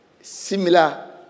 similar